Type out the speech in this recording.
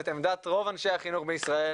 את עמדת רוב אנשי החינוך בישראל